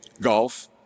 golf